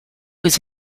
was